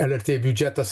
lrt biudžetas